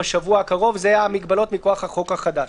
השבוע הקרוב אלה המגבלות מכוח החוק החדש.